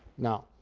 now,